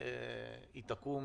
היא תקום,